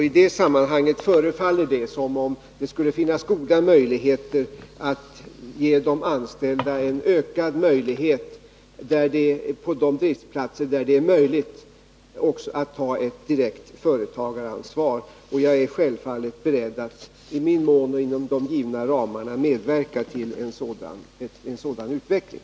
I detta sammanhang förefaller det som om det skulle finnas goda förutsättningar att ge de anställda ökad möjlighet, på de driftsplatser där så kan vara faliet, att också ta ett direkt företagaransvar. Jag är självfallet beredd att i min mån och inom givna ramar medverka till en sådan utveckling.